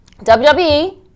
WWE